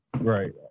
right